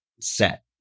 set